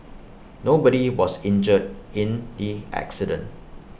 nobody was injured in the accident